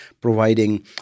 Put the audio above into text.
providing